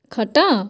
ଖଟ